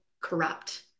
corrupt